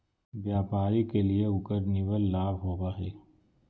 व्यापारी के लिए उकर निवल लाभ होबा हइ